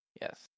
Yes